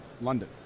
London